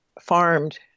farmed